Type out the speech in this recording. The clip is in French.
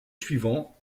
suivant